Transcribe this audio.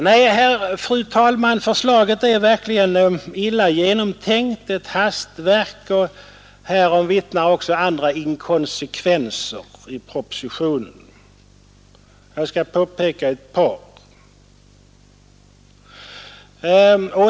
Nej, fru talman, förslaget är verkligen illa genomtänkt; det är ett hastverk. Härom vittnar också inkonsekvenser i propositionen. Jag skall påpeka ett par.